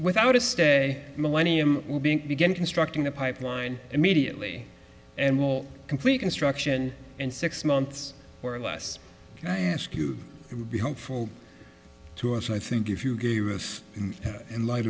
without a stay millennium will be begin constructing a pipeline immediately and will complete construction and six months or less i ask you it would be helpful to us and i think if you gave us in light